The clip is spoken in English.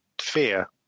fear